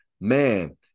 man